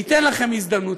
ניתן לכם הזדמנות,